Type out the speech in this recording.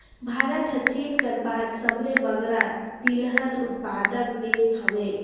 भारत हर चीन कर बाद सबले बगरा तिलहन उत्पादक देस हवे